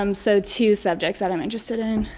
um so, two subjects that i am interested in.